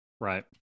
right